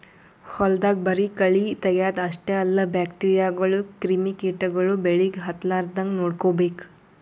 ಹೊಲ್ದಾಗ ಬರಿ ಕಳಿ ತಗ್ಯಾದ್ ಅಷ್ಟೇ ಅಲ್ಲ ಬ್ಯಾಕ್ಟೀರಿಯಾಗೋಳು ಕ್ರಿಮಿ ಕಿಟಗೊಳು ಬೆಳಿಗ್ ಹತ್ತಲಾರದಂಗ್ ನೋಡ್ಕೋಬೇಕ್